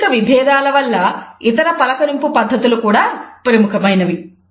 సాంస్కృతిక విభేదాల వల్ల ఇతర పలకరింపు పద్ధతులు కూడా ప్రముఖమైనవి